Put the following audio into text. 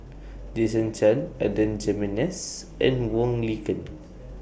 Jason Chan Adan Jimenez and Wong Lin Ken